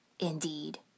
Indeed